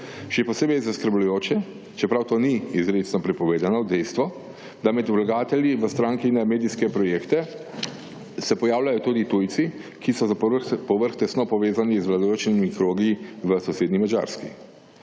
Še posebej zaskrbljujoče, čeprav to ni izrecno prepovedano dejstvo, da med vlagatelji v stranki na medijske projekte se pojavljajo tudi tujci, ki so za povrh tesno povezani z vladajočimi krogi v sosednji Madžarski.